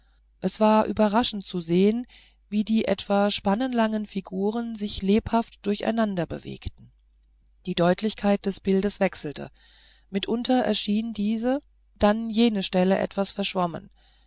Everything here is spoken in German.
es war überraschend zu sehen wie die etwa spannenlangen figuren sich lebhaft durcheinander bewegten die deutlichkeit des bildes wechselte mitunter erschien diese dann jene stelle etwas verschwommen